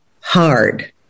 hard